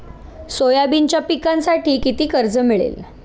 सोयाबीनच्या पिकांसाठी किती कर्ज मिळेल?